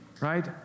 Right